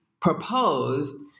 proposed